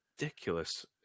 ridiculous